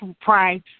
price